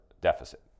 deficit